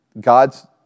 God's